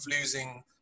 losing